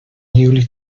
newly